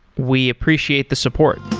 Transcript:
we appreciate the support